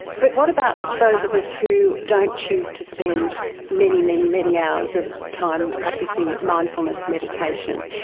but what about those of us who don't choose to spend many, many, many hours of time practising mindfulness meditation?